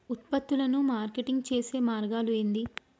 ఉత్పత్తులను మార్కెటింగ్ చేసే మార్గాలు ఏంది?